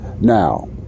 Now